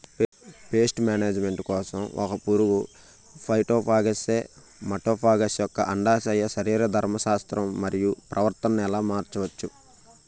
Paste management కోసం ఒక పురుగు ఫైటోఫాగస్హె మటోఫాగస్ యెక్క అండాశయ శరీరధర్మ శాస్త్రం మరియు ప్రవర్తనను ఎలా మార్చచ్చు?